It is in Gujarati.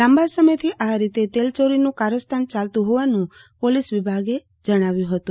લાંબા સમય થી આ રીતે તેલચોરીનું કારસ્તાન ચાલતુ હોવાનું પોલીસ વિભાગે જણાવ્યુ હતું